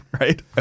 Right